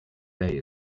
day